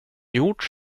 gjort